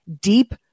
deep